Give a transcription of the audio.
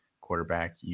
quarterback